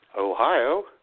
Ohio